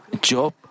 Job